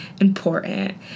important